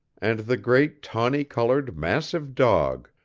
and the great tawny-colored, massive dog,